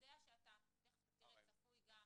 זו